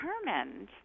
determined